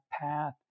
path